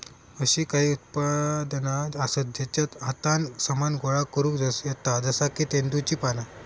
अशी काही उत्पादना आसत जेच्यात हातान सामान गोळा करुक येता जसा की तेंदुची पाना